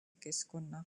keskkonna